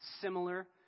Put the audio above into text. similar